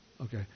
Okay